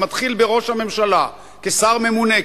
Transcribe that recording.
שמתחיל בראש הממשלה כשר ממונה,